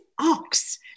Ox